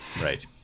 Right